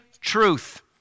truth